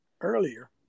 earlier